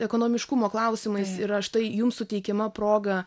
ekonomiškumo klausimais yra štai jums suteikiama proga